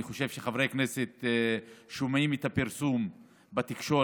ואני חושב שחברי הכנסת שומעים את הפרסום היום-יומי